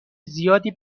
زیادی